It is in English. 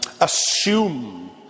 Assume